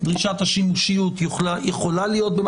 דרישת השימושיות יכולה להיות.